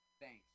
Thanks